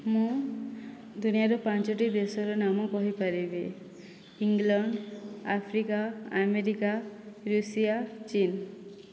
ମୁଁ ଦୁନିଆର ପାଞ୍ଚଟି ଦେଶର ନାମ କହି ପାରିବି ଇଂଲଣ୍ଡ ଆଫ୍ରିକା ଆମେରିକା ରୁଷିଆ ଚୀନ